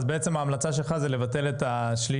אז בעצם ההמלצה שלך זה לבטל את השליש.